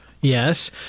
Yes